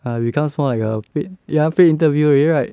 ah becomes more like a paid ya paid interview already right